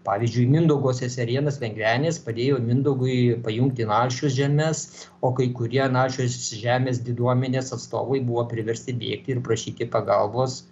pavyzdžiui mindaugo seserėnas lengvenis padėjo mindaugui pajungti nalšios žemes o kai kurie nalšios žemės diduomenės atstovai buvo priversti bėgti ir prašyti pagalbos